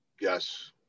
Yes